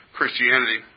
Christianity